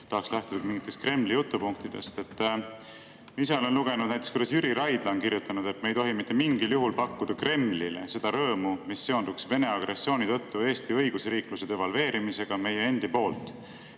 tahaks lähtuda mingitest Kremli jutupunktidest. Ma ise olen lugenud näiteks, et Jüri Raidla on kirjutanud, et me ei tohi mitte mingil juhul pakkuda Kremlile seda rõõmu, mis seonduks Vene agressiooni tõttu Eesti õigusriikluse devalveerimisega meie endi poolt.